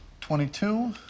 twenty-two